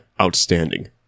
outstanding